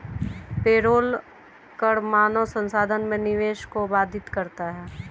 payroll कर मानव संसाधन में निवेश को बाधित करता है